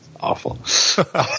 Awful